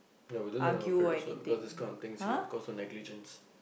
ya because these kind of things ya cause for negligence